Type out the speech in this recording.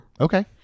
Okay